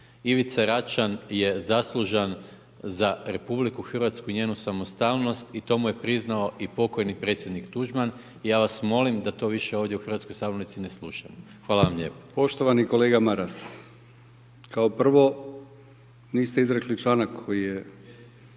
Ivica Račan je zaslužan za Republiku Hrvatsku i njenu samostalnost i to mu je priznao i pokojni predsjednik Tuđman. I ja vas molim da to više ovdje u hrvatskoj sabornici ne slušamo. Hvala vam lijepo. **Brkić, Milijan (HDZ)** Poštovani kolega Maras kao prvo, niste izrekli članak koji je